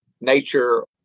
nature